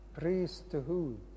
Priesthood